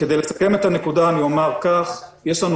כדי לסכם את הנקודה אומר כך: יש לנו